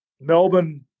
Melbourne